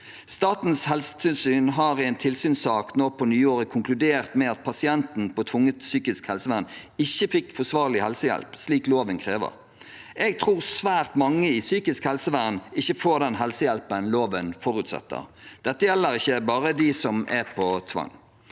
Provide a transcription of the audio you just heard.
Statens helsetilsyn har i en tilsynssak nå på nyåret konkludert med at pasienten på tvungent psykisk helsevern ikke fikk forsvarlig helsehjelp, slik loven krever. Jeg tror svært mange i psykisk helsevern ikke får den helsehjelpen loven forutsetter. Dette gjelder ikke bare dem som er på tvang.